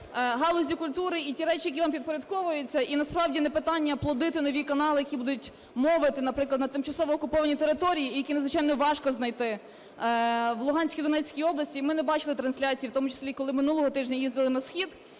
галузі культури і ті речі, які вам підпорядковуються. І насправді не питання плодити нові канали, які будуть мовити, наприклад, на тимчасово окупованій території і які надзвичайно важко знайти. В Луганській і Донецькій області ми не бачили трансляцій, в тому числі і коли минулого тижня їздили на схід.